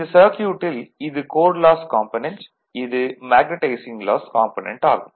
இந்த சர்க்யூட்டில் இது கோர் லாஸ் காம்பனென்ட் மற்றும் இது மேக்னடைசிங் லாஸ் காம்பனென்ட் ஆகும்